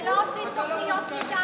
ולא עושים תוכניות מיתאר.